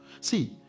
See